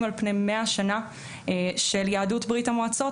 על פני מאה שנה של יהדות ברית המועצות,